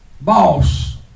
boss